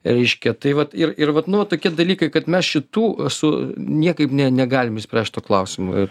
reiškia tai vat ir ir vat nu vat tokie dalykai kad mes šitų su niekaip ne negalim išspręst šito klausimo ir